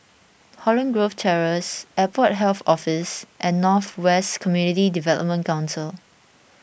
Holland Grove Terrace Airport Health Office and North West Community Development Council